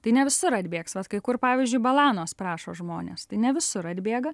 tai ne visur atbėgs vat kai kur pavyzdžiui balanos prašo žmonės tai ne visur atbėga